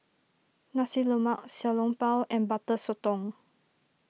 Nasi Lemak Xiao Long Bao and Butter Sotong